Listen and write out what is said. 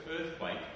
earthquake